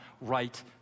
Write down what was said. right